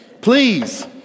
please